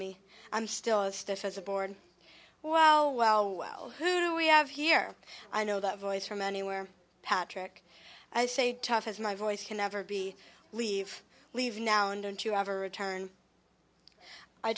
me i'm still as stiff as a board wow well well who do we have here i know that voice from anywhere patrick i say tough as my voice can never be leave leave now and don't you ever return i